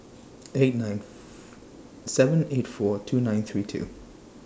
eight nine seven eight four two nine three two